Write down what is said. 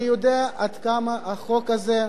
אני יודע עד כמה החוק הזה,